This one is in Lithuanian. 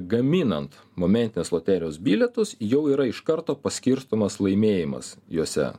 gaminant momentinės loterijos bilietus jau yra iš karto paskirstomas laimėjimas juose